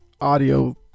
audio